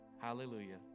Hallelujah